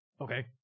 Okay